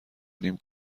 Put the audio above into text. نیم